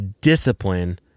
discipline